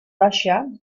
russia